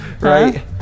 Right